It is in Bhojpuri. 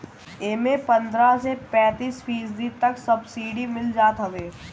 एमे पन्द्रह से पैंतीस फीसदी तक ले सब्सिडी मिल जात हवे